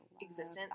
existence